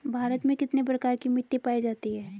भारत में कितने प्रकार की मिट्टी पाई जाती हैं?